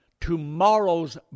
tomorrow's